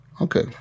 Okay